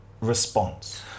response